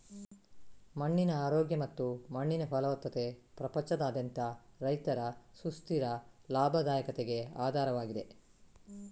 ಮಣ್ಣಿನ ಆರೋಗ್ಯ ಮತ್ತು ಮಣ್ಣಿನ ಫಲವತ್ತತೆ ಪ್ರಪಂಚದಾದ್ಯಂತ ರೈತರ ಸುಸ್ಥಿರ ಲಾಭದಾಯಕತೆಗೆ ಆಧಾರವಾಗಿದೆ